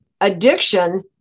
Addiction